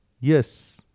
Yes